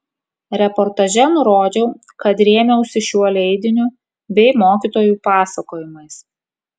reportaže nurodžiau kad rėmiausi šiuo leidiniu bei mokytojų pasakojimais